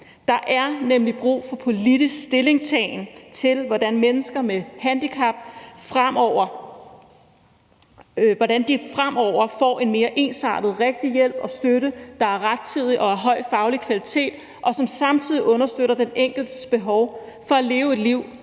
Der er nemlig brug for politisk stillingtagen til, hvordan mennesker med handicap fremover får en mere ensartet hjælp og støtte, der er rettidig og af høj faglig kvalitet, og som samtidig understøtter den enkeltes behov for at leve et liv